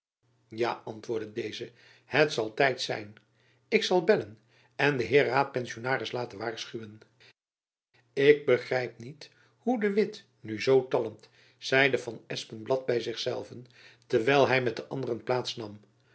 ja antwoordde deze het zal tijd zijn ik zal bellen en den heer raadpensionaris laten waarschuwen ik begrijp niet hoe de witt nu zoo talmt zeide van espenblad by zich zelven terwijl hy met de anderen